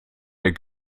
der